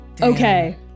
okay